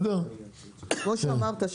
כמו שאמרת,